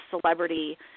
celebrity